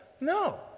No